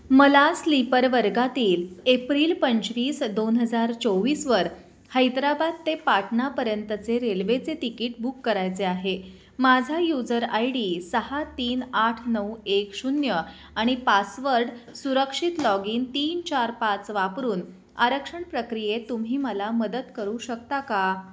मला स्लीपर वर्गातील एप्रिल पंचवीस दोन हजार चोवीसवर हैदराबाद ते पाटणापर्यंतचे रेल्वेचे तिकीट बुक करायचे आहे माझा यूजर आय डी सहा तीन आठ नऊ एक शून्य आणि पासवर्ड सुरक्षित लॉग इन तीन चार पाच वापरून आरक्षण प्रक्रियेत तुम्ही मला मदत करू शकता का